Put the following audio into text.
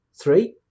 Three